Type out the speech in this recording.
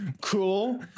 cool